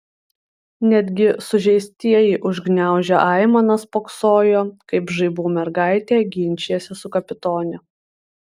netgi sužeistieji užgniaužę aimanas spoksojo kaip žaibų mergaitė ginčijasi su kapitone